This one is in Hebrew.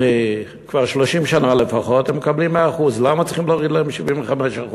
כבר 30 שנה לפחות הם מקבלים 100%. למה צריכים להוריד להם ל-75%?